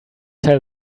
tell